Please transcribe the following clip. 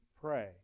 pray